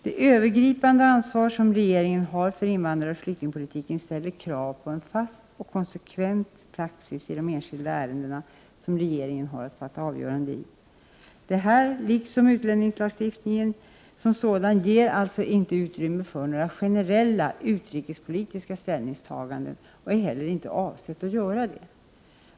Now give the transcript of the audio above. Det övergripande ansvar som regeringen har för invandraroch flyktingpolitiken ställer krav på en fast och konsekvent praxis i de enskilda ärenden som regeringen har att fatta avgöranden i. Detta, liksom utlänningslagstiftningen som sådan ger alltså inte utrymme för några generella utrikespolitiska ställningstaganden och är inte heller avsett attt göra det.